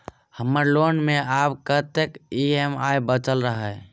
हम्मर लोन मे आब कैत ई.एम.आई बचल ह?